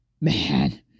man